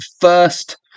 first